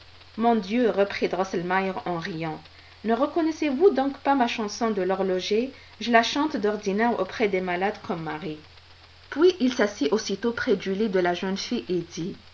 mon dieu reprit drosselmeier en riant ne reconnaissez-vous donc pas ma chanson de l'horloger je la chante d'ordinaire auprès des malades comme marie puis il s'assit aussitôt près du lit de la jeune fille et dit